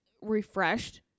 refreshed